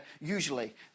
usually